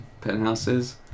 penthouses